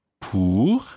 Pour